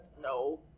No